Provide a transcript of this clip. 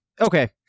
Okay